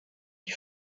die